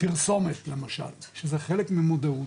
פרסומת למשל שזה חלק ממודעות,